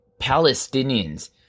Palestinians